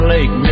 Lake